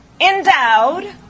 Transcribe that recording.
endowed